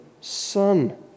son